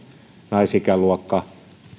naisikäluokka